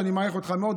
שאני מעריך אותך מאוד,